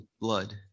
blood